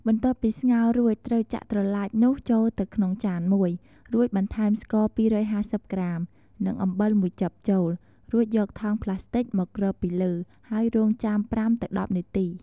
បន្ទាប់ពីស្ងោររួច ត្រូវចាក់ត្រឡាចនោះចូលទៅក្នុងចានមួយ រួចបន្ថែមស្ករ ២៥០ ក្រាម និងអំបិលមួយចឹបចូល រួចយកថង់ប្លាស្ទិចមកគ្របពីលើ ហើយរង់ចាំ ៥ ទៅ ១០ នាទី។